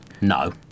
No